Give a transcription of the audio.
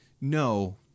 no